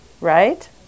right